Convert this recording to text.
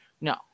no